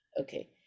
Okay